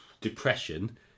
depression